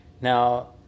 Now